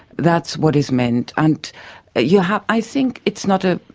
that's what is meant. and yeah i think it's not a,